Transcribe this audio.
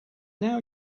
now